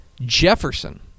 Jefferson